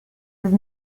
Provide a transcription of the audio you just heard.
with